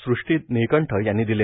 सृष्टी नीळकंठ यांनी दिले